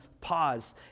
pause